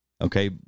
Okay